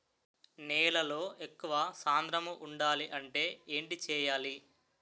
నేలలో ఎక్కువ సాంద్రము వుండాలి అంటే ఏంటి చేయాలి?